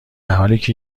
حالیکه